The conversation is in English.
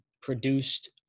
produced